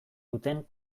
duten